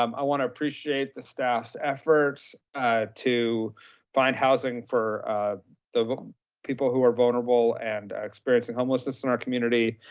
um i want to appreciate the staff's efforts to find housing for the people who are vulnerable and experiencing homelessness in our community,